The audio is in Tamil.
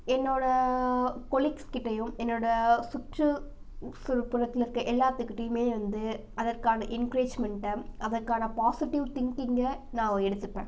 என்னோடய கொலிக்ஸ்கிட்டையும் என்னோட சுற்று புறத்துல இருக்க எல்லாத்துக்கிட்டையுமே வந்து அதற்கான என்க்ரேஜ்மெண்ட்டை அதற்கான பாசிட்டிவ் திங்கிங்கை நான் எடுத்துப்பேன்